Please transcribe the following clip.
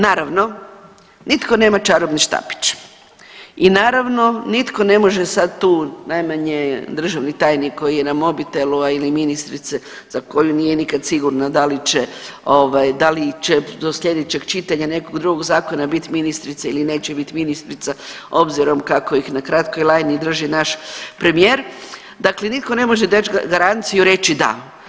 Naravno nitko nema čarobni štapić i naravno nitko ne može sada tu, najmanje državni tajnik koji je na mobitelu ili ministrica za koju nije nikada sigurno da li će do sljedećeg čitanja nekog drugog zakona biti ministrica ili neće biti ministrica obzirom kako ih na kratkoj lajni drži naš premijer, dakle nitko ne može dati garanciju i reći da.